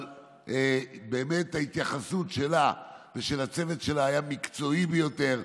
באמת ההתייחסות שלה ושל הצוות שלה הייתה מקצועית ביותר.